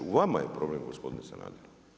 U vama je problem gospodine Sanader.